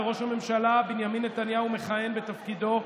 וראש הממשלה בנימין נתניהו מכהן בתפקידו: